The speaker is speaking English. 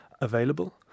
available